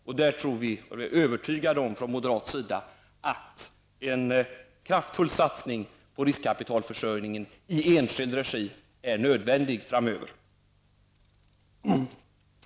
Vi moderater är helt övertygade om att en kraftfull satsning på riskkapitalförsörjningen i enskild regi är nödvändig framöver.